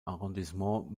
arrondissement